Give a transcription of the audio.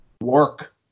work